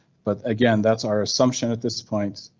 but again, that's our assumption at this point,